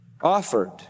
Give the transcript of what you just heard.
offered